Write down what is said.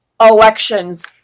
elections